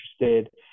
interested